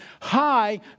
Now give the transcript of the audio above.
high